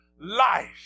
life